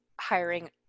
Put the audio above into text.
hiring